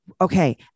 okay